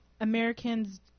Americans